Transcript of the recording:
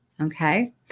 Okay